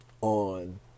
on